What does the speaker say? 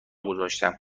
گذاشتم